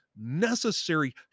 necessary